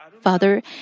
Father